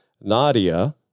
Nadia